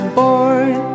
born